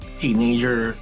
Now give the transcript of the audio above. teenager